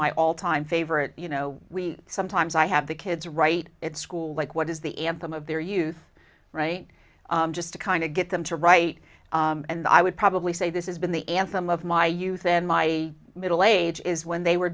my all time favorite you know we sometimes i have the kids right it's cool like what is the anthem of their youth right just to kind of get them to write and i would probably say this is been the anthem of my youth in my middle age is when they were